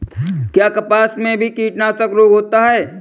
क्या कपास में भी कीटनाशक रोग होता है?